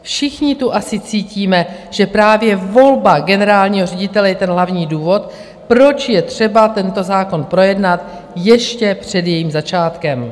Všichni tu asi cítíme, že právě volba generálního ředitele je ten hlavní důvod, proč je třeba tento zákon projednat ještě před jejím začátkem.